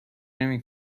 نمی